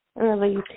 early